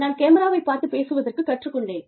நான் கேமராவைப் பார்த்து பேசுவதற்கு கற்றுக் கொண்டேன்